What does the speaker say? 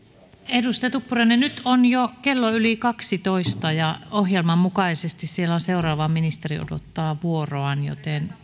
edustaja tuppurainen nyt on jo kello yli kaksitoista ja ohjelman mukaisesti siellä jo seuraava ministeri odottaa vuoroaan